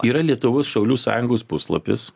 yra lietuvos šaulių sąjungos puslapis